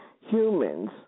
humans